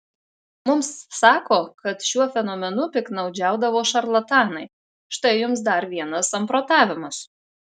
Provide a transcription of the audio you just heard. mums sako kad šiuo fenomenu piktnaudžiaudavo šarlatanai štai jums dar vienas samprotavimas